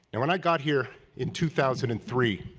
and when i got here in two thousand and three,